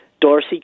Dorsey